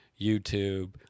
YouTube